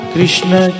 Krishna